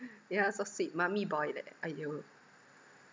yeah so sweet mummy boy that !aiyo!